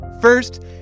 First